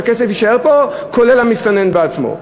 שהכסף יישאר פה כולל המסתנן בעצמו.